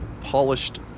polished